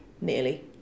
nearly